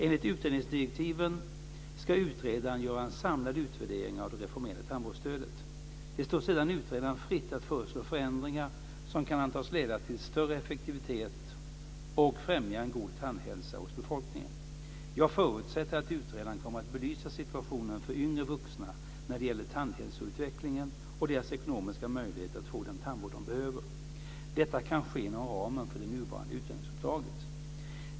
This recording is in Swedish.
Enligt utredningsdirektiven ska utredaren göra en samlad utvärdering av det reformerade tandvårdsstödet. Det står sedan utredaren fritt att föreslå förändringar som kan antas leda till större effektivitet och främja en god tandhälsa hos befolkningen. Jag förutsätter att utredaren kommer att belysa situationen för yngre vuxna när det gäller tandhälsoutvecklingen och deras ekonomiska möjligheter att få den tandvård de behöver. Detta kan ske inom ramen för det nuvarande utredningsuppdraget.